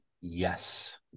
Yes